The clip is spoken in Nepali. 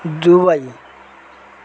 दुबाई